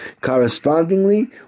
correspondingly